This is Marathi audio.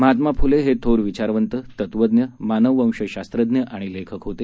महात्मा फुले हे थोर विचारवंत तत्वज्ञ मानववंश शास्त्रज्ञ आणि लेखक होते